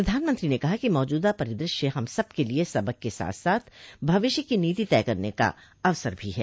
प्रधानमंत्री ने कहा कि मौजूदा परिदृश्य हम सब के लिए सबक के साथ साथ भविष्य की नीति तय करने का अवसर भी है